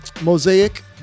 Mosaic